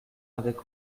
avec